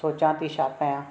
सोचां थी छा कयां